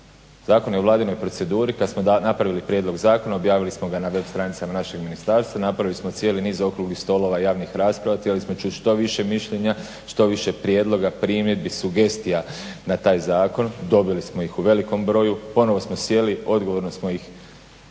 Zakon je u Vladinoj proceduri, kad smo napravili prijedlog zakona objavili smo ga na web stranicama našeg ministarstva. Napravili smo cijeli niz okruglih stolova, javnih rasprava, htjeli smo čut što više mišljenja, što više prijedloga, primjedbi, sugestija na taj zakon. Dobili smo ih u velikom broju, ponovo smo sjeli, odgovorno smo ih